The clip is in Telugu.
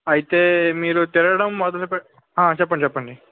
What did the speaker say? అయితే మీరు తిరగడం మొదలుపె ఆ చెప్పండి చెప్పండి